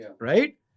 Right